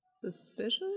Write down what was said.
suspicious